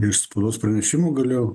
iš spaudos pranešimų galiu